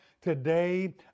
today